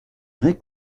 vrai